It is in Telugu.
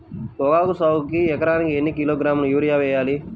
పొగాకు సాగుకు ఎకరానికి ఎన్ని కిలోగ్రాముల యూరియా వేయాలి?